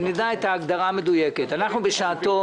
שנדע את ההגדרה המדויקת - אנחנו בשעתו